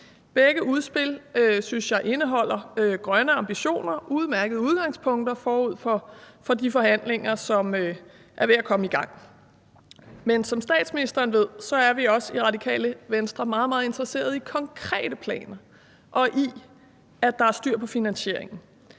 Begge udspil synes jeg indeholder grønne ambitioner, udmærkede udgangspunkter forud for de forhandlinger, som er ved at komme i gang. Men som statsministeren ved, er vi i Radikale Venstre også meget, meget interesserede i konkrete planer og i, at der er styr på finansieringen,